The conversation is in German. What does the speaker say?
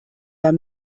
der